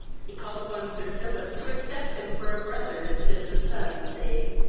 he called upon sir philip to accept him for a brother instead of a son, saying,